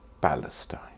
Palestine